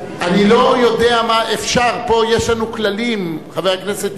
אני לא יודע מה אפשר, פה יש לנו כללים, חבר הכנסת.